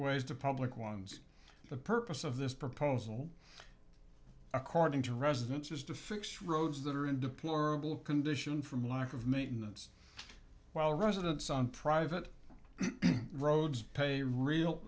ways to public ones the purpose of this proposal according to residents is to fix roads that are in deplorable condition from lack of maintenance while residents on private roads pay real